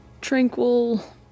tranquil